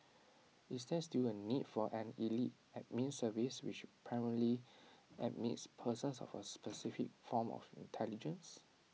is there still A need for an elite admin service which primarily admits persons of A specific form of intelligence